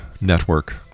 Network